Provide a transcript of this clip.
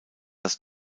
dass